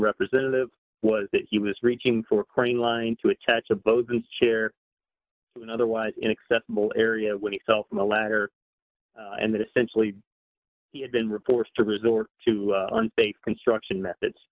representative was that he was reaching for a crane line to attach a bogus chair to an otherwise inaccessible area when he fell from a ladder and that essentially he had been reports to resort to unsafe construction methods